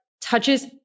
touches